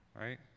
right